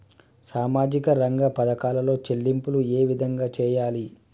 సామాజిక రంగ పథకాలలో చెల్లింపులు ఏ విధంగా చేయాలి?